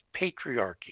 patriarchy